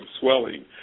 swelling